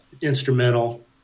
instrumental